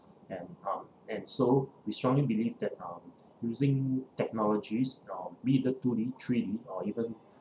and um and so we strongly believe that um using technologies uh uh even